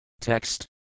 Text